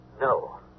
No